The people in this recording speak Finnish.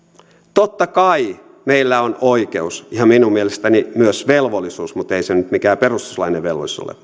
totta kai meillä on perustuslaillinen oikeus ja minun mielestäni myös velvollisuus mutta ei se nyt mikään perustuslaillinen velvollisuus ole